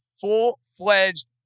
full-fledged